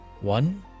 One